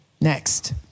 Next